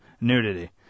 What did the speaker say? nudity